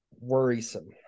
Worrisome